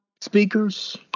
speakers